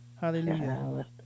Hallelujah